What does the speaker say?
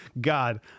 god